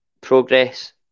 progress